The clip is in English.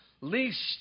least